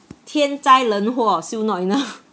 天灾人祸 still not enough